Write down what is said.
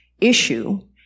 issue